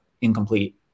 incomplete